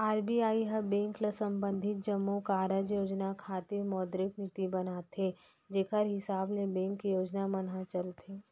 RBI ह bank ल संबंधित जम्मो कारज योजना खातिर मौद्रिक नीति बनाथे जेखर हिसाब ले बेंक के योजना मन ह चलथे